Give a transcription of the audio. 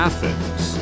Athens